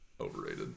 Overrated